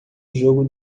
jogo